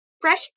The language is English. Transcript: fresh